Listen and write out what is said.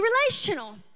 relational